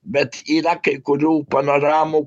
bet yra kai kurių panoramų